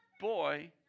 boy